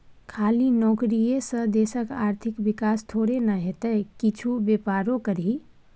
खाली नौकरीये से देशक आर्थिक विकास थोड़े न हेतै किछु बेपारो करही